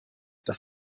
das